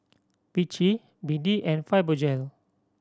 Vichy B D and Fibogel